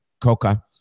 coca